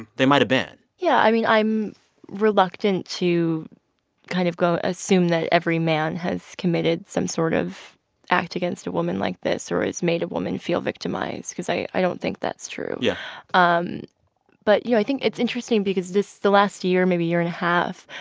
they might've been yeah. i mean, i'm reluctant to kind of go assume that every man has committed some sort of act against a woman like this or has made a woman feel victimized because i i don't think that's true yeah um but, you know, i think it's interesting because this the last year, maybe year and a half,